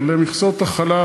ישיב שר החקלאות,